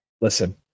listen